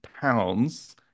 pounds